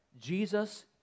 Jesus